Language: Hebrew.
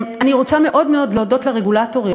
אני רוצה מאוד מאוד להודות לרגולטורים